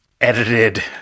edited